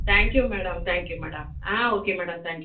thank you madam thank you madam ah okay madam thank you